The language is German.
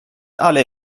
alle